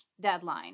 deadline